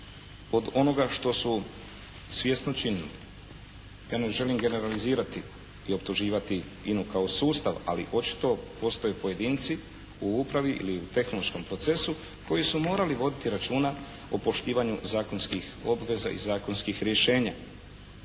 od onoga što su svjesno činili. Ja ne želim generalizirati i optuživati INA-u kao sustav. Ali očito postoje pojedinci u upravi ili u tehnološkom procesu koji su morali voditi računa o poštivanju zakonskih obveza i zakonskih rješenja.